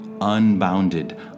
Unbounded